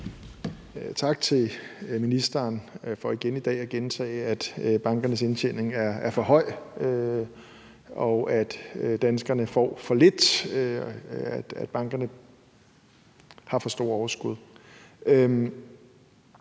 Tak til ministeren for igen i dag at gentage, at bankernes indtjening er for høj, og at danskerne får for lidt, og at bankerne har for store overskud.